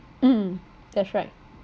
mm that's right